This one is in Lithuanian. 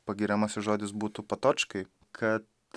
pagiriamasis žodis būtų patočkai kad